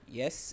yes